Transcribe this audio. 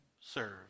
serve